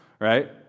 right